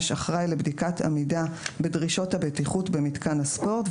אחראי לבדיקת עמידה בדרישות הבטיחות במיתקן הספורט,